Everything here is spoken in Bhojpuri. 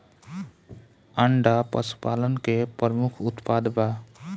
अंडा पशुपालन के प्रमुख उत्पाद बा